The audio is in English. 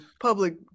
public